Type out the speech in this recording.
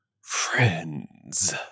friends